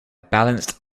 balanced